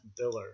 Biller